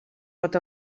pot